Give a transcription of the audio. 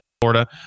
Florida